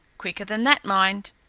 quicker than that, mind.